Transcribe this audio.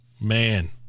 Man